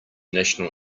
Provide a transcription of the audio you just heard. national